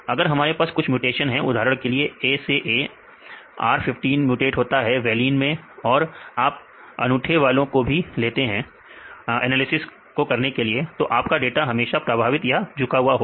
अगर हमारे पास कुछ म्यूटेशंस हैं उदाहरण के लिए A से A R15 मोटेट होता है वालिन और आप अनूठे वालों को भी ले सकते हैं एनालिसिस को करने के लिए नहीं तो आपका डाटा हमेशा प्रभावित या झुका हुआ होगा